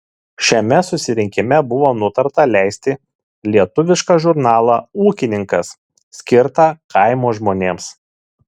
šiame susirinkime buvo nutarta leisti lietuvišką žurnalą ūkininkas skirtą kaimo žmonėms